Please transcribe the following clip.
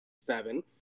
seven